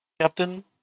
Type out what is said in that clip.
Captain